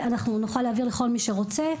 נוכל להעביר לכל מי שרוצה.